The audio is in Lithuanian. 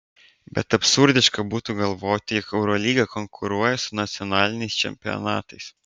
bet absurdiška būtų galvoti jog eurolyga konkuruoja su nacionaliniais čempionatais